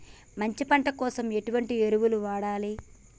మంచి పంట కోసం ఎటువంటి ఎరువులు వాడాలి?